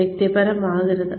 വ്യക്തിപരമാകരുത്